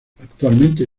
actualmente